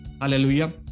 hallelujah